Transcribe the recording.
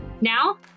Now